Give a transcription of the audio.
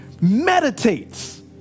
meditates